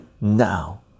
now